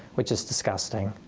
which is disgusting,